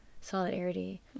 solidarity